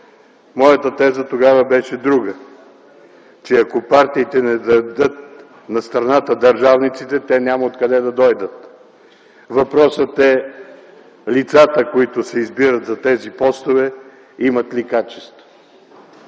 Моята теза тогава беше друга – че ако партиите не дадат на страната държавниците, те няма откъде да дойдат. Въпросът е: лицата, които се избират за тези постове, имат ли качества?